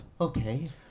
Okay